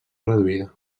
reduïda